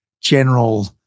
general